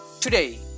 Today